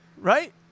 Right